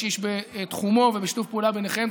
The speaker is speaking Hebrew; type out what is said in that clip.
איש-איש בתחומו ובשיתוף פעולה ביניכם,